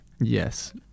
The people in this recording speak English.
Yes